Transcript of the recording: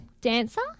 dancer